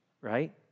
right